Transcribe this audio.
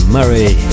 Murray